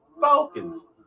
Falcons